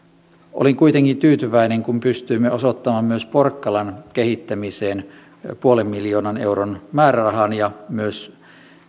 olin kuitenkin tyytyväinen kun pystyimme osoittamaan myös porkkalan kehittämiseen puolen miljoonan euron määrärahan ja myös